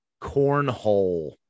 cornhole